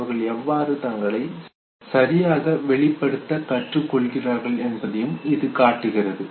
அவர்கள் எவ்வாறு தங்களை சரியாக வெளிப்படுத்தக் கற்றுக்கொள்கிறார்கள் என்பதையும் இது காட்டுகிறது